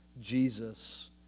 Jesus